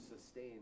sustain